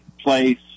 place